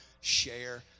share